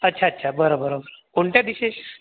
अच्छा अच्छा बरं बरं कोणत्या डीशेश